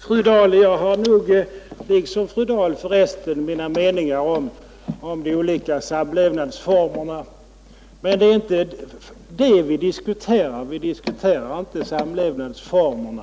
Herr talman! Jo, fru Dahl, jag har nog — liksom fru Dahl för resten — mina meningar om de olika samlevnadsformerna. Men det är inte detta vi diskuterar — vi diskuterar inte huruvida den ena samlevnadsformen